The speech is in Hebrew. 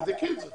תבדקי את זה